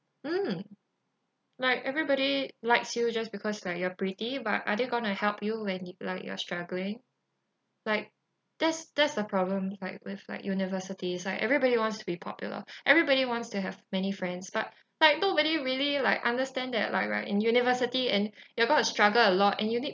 mm like everybody likes you just because like you are pretty but are they going to help you when you like you are struggling like that's that's the problem like with like universities like everybody wants to be popular everybody wants to have many friends but like nobody really like understand that like right in university and you're going to struggle a lot and you need